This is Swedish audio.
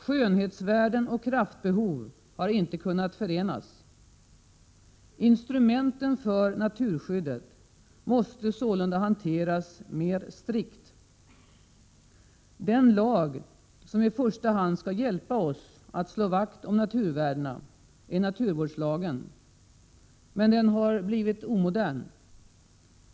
Skönhetsvärden och kraftbehov har inte kunnat förenas. Instrumenten för naturskydd måste sålunda hanteras mer strikt. Den lag som i första hand skall hjälpa oss att slå vakt om naturvärdena är naturvårdslagen. Men den har blivit omodern.